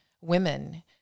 women